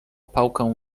pałkę